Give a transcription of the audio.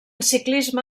ciclisme